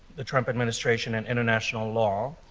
the trump administration and international law.